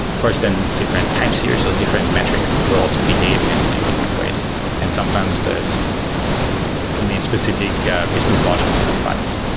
different time series of different metrics, those behave in in different ways and sometimes there's say like to me, a specific business logic that applies.